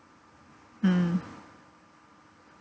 mm